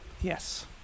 Yes